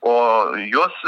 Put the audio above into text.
o juos